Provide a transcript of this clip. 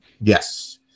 Yes